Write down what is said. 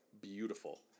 beautiful